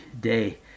day